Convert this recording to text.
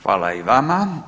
Hvala i vama.